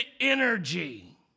energy